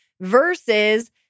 versus